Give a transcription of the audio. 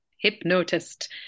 hypnotist